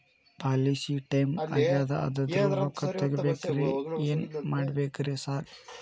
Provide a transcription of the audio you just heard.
Policy time ಆಗ್ಯಾದ ಅದ್ರದು ರೊಕ್ಕ ತಗಬೇಕ್ರಿ ಏನ್ ಮಾಡ್ಬೇಕ್ ರಿ ಸಾರ್?